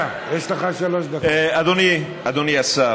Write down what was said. אדוני השר,